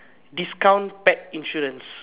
discount pack insurance